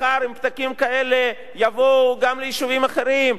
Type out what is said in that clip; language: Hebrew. מחר עם פתקים כאלה יבואו גם ליישובים אחרים,